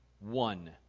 One